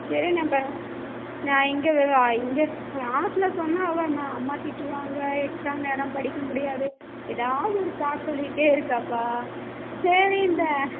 சரி நான் இப்போ நான் இங்கே இங்கே கிளாஸில் சொன்னால் அவள் நான் அம்மா திட்டுவாங்க எக்ஸாம் நேரம் படிக்கமுடியாது எதாவது ஒரு சாக்கு சொல்லிகிட்டே இருக்காப்பா சரி இந்த